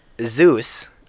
Zeus